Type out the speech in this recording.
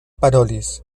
parolis